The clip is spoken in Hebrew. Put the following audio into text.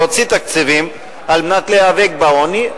להוציא תקציבים על מנת להיאבק בעוני,